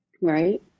Right